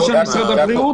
מיד.